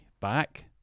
back